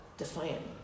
defiant